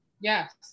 Yes